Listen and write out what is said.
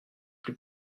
plus